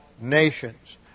nations